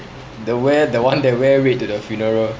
the wear the one that wear red to the funeral